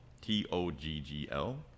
T-O-G-G-L